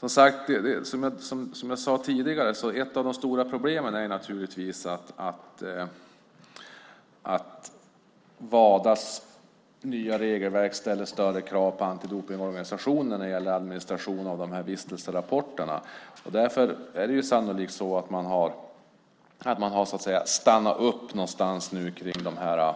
Som jag sade tidigare är ett av de stora problemen naturligtvis att Wadas nya regelverk ställer större krav på antidopningsorganisationerna när det gäller administrationen av vistelserapporterna. Därför är det sannolikt så att man har stannat upp någonstans kring de